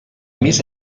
més